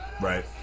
Right